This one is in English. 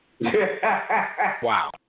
Wow